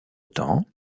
temps